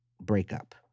breakup